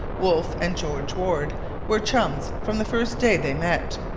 wolfe and george warde were chums from the first day they met.